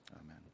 amen